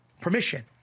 permission